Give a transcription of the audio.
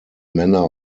manner